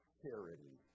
charity